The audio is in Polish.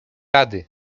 rady